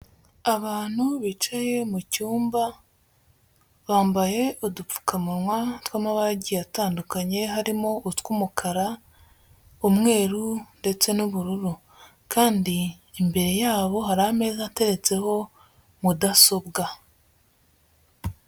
Abantu bicaye mu cyumba, bambaye udupfukamunwa tw'amabara agiye atandukanye harimo utw'umukara, umweru ndetse n'ubururu. Kandi imbere yabo hari ameza ateretseho mudasobwa.